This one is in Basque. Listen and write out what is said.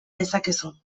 dezakezu